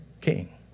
king